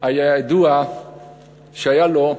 היה ידוע שהיה לו,